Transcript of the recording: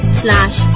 slash